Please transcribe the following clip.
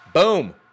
Boom